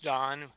Don